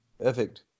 Perfect